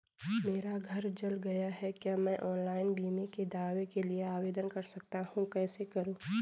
मेरा घर जल गया है क्या मैं ऑनलाइन बीमे के दावे के लिए आवेदन कर सकता हूँ कैसे करूँ?